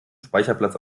speicherplatz